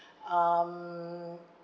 um